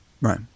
right